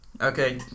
Okay